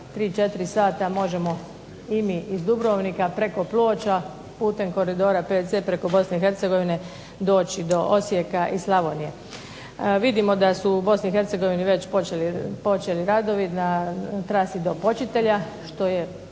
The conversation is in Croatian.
3, 4 sata možemo i mi iz Dubrovnika preko Ploča putem koridora VC preko Bosne i Hercegovine doći do Osijeka i Slavonije. Vidimo da su u Bosni i Hercegovini već počeli radovi na trasi do Počitelja, što je,